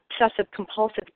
obsessive-compulsive